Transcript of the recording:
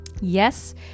Yes